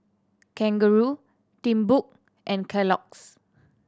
Kangaroo Timbuk and Kellogg's